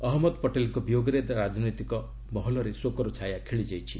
ଅହମ୍ମଦ ପଟେଲ୍ଙ୍କ ବିୟୋଗରେ ରାଜନୈତିକ ମହଲରେ ଶୋକର ଛାୟା ଖେଳିଯାଇଛି